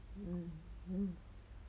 um um